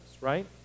right